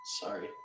Sorry